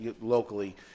locally